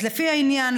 אז לפי העניין,